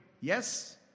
Yes